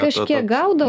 kažkiek gaudo